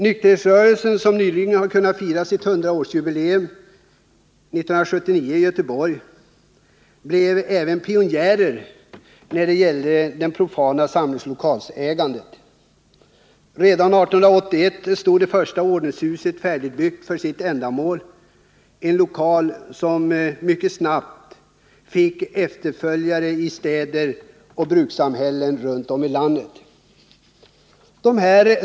Nykterhetsrörelsen, som nyligen kunde fira sitt hundraårsjubileum — det skedde 1979 i Göteborg —, blev även pionjär när det gäller det profana samlingslokalsägandet. Redan 1881 stod det första ordenshuset färdigbyggt för sitt ändamål, en lokal som mycket snabbt fick efterföljare i städer och brukssamhällen runt om i landet.